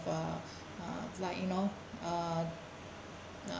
uh like you know uh